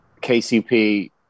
KCP